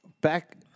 back